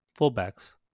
fullbacks